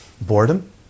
Boredom